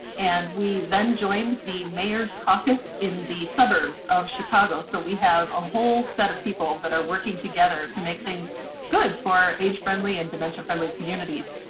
and we then joined the mayor's caucus in the suburbs of chicago, so we have a whole set of people that are working together to make things good for our age-friendly and dementia friendly communities.